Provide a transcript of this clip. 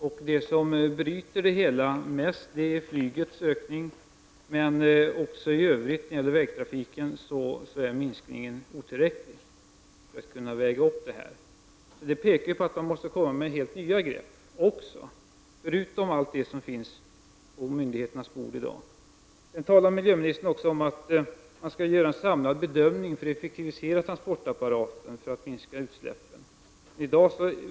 Och det är framför allt ökningen av flyget som är orsaken till detta. Men även i fråga om vägtrafiken är minskningen otillräcklig. Detta pekar på att nya grepp måste tas utöver det som myndigheterna arbetar med i dag. Miljöministern talade om att en samlad bedömning skall göras för att transportapparaten skall effektiviseras, så att utsläppen minskar.